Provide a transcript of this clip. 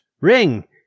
Ring